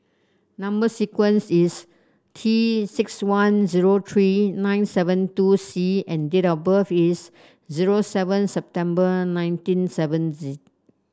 number sequence is T six one zero three nine seven two C and date of birth is zero seven September nineteen seventy